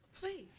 Please